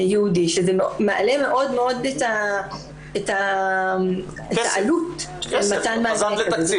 ייעודי שזה מעלה מאוד מאוד את העלות --- חזרת לתקציב.